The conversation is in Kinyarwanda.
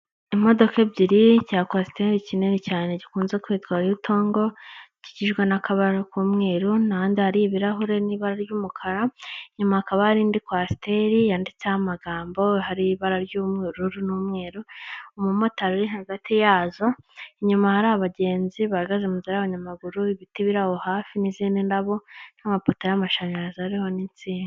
Imodoka ebyiri cya kwasiteri kinini cyane gikunze kwitwa yutongo kigizwe n'akabara k'umweru n'ahandi hari ibirahure n'ibara ry'umukara, inyuma yayo hakaba indi kwasiteri yanditseho amagambo hari ibara ry'ubururu n'umweru; umumotari hagati yazo, inyuma hari abagenzi bahagaze mu nzira y'abanyamaguru, ibiti birabo hafi n'izindi ndabo n'amapoto y'amashanyarazi ariho n'insinga.